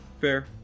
Fair